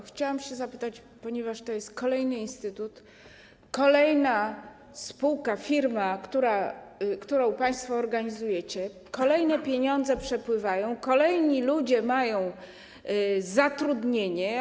Chciałam zadać pytanie, ponieważ to jest kolejny instytut, kolejna spółka, firma, którą państwo organizujecie, kolejne pieniądze przepływają, kolejni ludzie mają zatrudnienie.